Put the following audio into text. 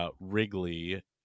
Wrigley